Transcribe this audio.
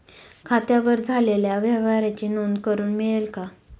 खात्यावर झालेल्या व्यवहाराची नोंद करून मिळेल का?